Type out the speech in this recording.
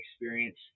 experience